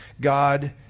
God